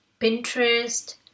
Pinterest